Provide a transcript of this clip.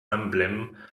emblem